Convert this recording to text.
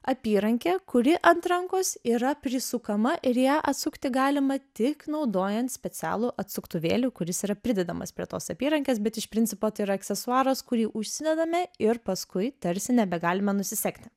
apyrankė kuri ant rankos yra prisukama ir ją atsukti galima tik naudojant specialų atsuktuvėlį kuris yra pridedamas prie tos apyrankės bet iš principo tai yra aksesuaras kurį užsidedame ir paskui tarsi nebegalime nusisegti